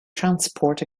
transport